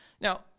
Now